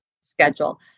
schedule